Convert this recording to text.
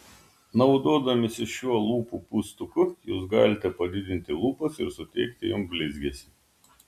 naudodamiesi šiuo lūpų pūstuku jūs galite padidinti lūpas ir suteikti joms blizgesį